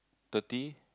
thirty